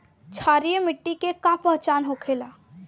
क्षारीय मिट्टी के का पहचान होखेला?